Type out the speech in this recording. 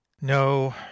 No